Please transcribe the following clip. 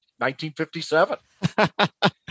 1957